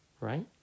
right